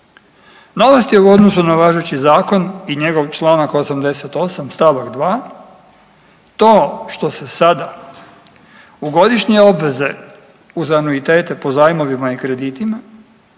Novost je u odnosu na važeći Zakon i njegov čl. 88 st. 2. To što se sada u godišnje obveze uz anuitete po zajmovima i kreditima